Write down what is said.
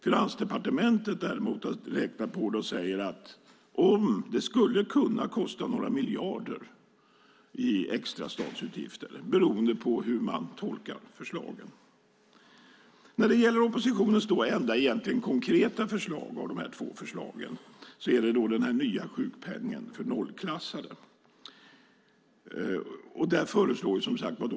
Finansdepartementet har räknat på det och säger att det skulle kunna kosta några miljarder i extra statsutgifter beroende på hur man tolkar förslaget. Oppositionens enda konkreta förslag är den nya sjukpenningen för nollklassade.